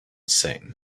sing